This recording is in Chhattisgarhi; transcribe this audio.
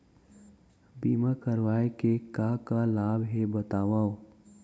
बीमा करवाय के का का लाभ हे बतावव?